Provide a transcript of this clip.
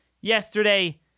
yesterday